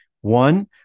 One